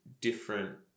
different